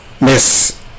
Miss